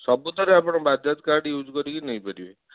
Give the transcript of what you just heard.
ସବୁ ଥିରେ ଆପଣ ବାଜାଜ୍ କାର୍ଡ଼ ୟ୍ୟୁଜ୍ କରିକି ନେଇ ପାରିବେ